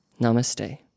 Namaste